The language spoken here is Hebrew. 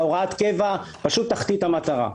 הוראת הקבע פשוט תחטיא את המטרה.